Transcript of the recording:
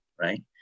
right